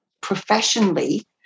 professionally